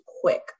quick